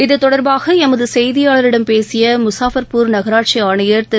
இத்தொடர்பாக எமது செய்தியாளரிடம் பேசிய முஸாஃபர்பூர் நகராட்சி ஆணையர் திரு